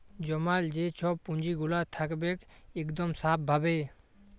জমাল যে ছব পুঁজিগুলা থ্যাকবেক ইকদম স্যাফ ভাবে